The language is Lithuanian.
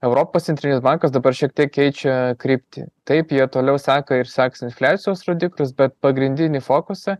europos centrinis bankas dabar šiek tiek keičia kryptį taip jie toliau seka ir seks infliacijos rodiklius bet pagrindinį fokusą